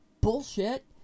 bullshit